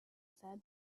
said